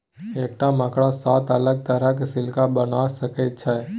एकटा मकड़ा सात अलग तरहक सिल्क बना सकैत छै